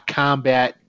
combat